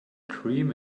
dream